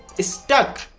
stuck